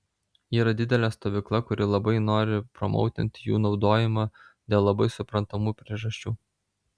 yra didelė stovykla kuri labai nori promautinti jų naudojimą dėl labai suprantamų priežasčių